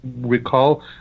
recall